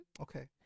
okay